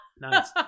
Nice